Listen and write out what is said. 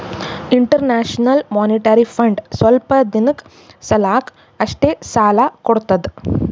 international monetary fund ಸ್ವಲ್ಪ್ ದಿನದ್ ಸಲಾಕ್ ಅಷ್ಟೇ ಸಾಲಾ ಕೊಡ್ತದ್